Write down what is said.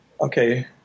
okay